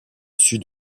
sud